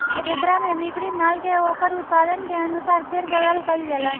एकरा में बिक्री माल के ओकर उत्पादन के अनुसार फेर बदल कईल जाला